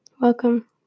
welcome